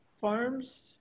farms